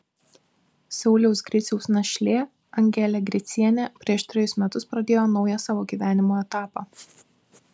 sauliaus griciaus našlė angelė gricienė prieš trejus metus pradėjo naują savo gyvenimo etapą